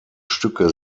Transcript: stücke